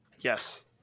Yes